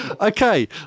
Okay